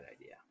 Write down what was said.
idea